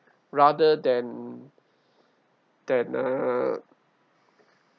rather than than uh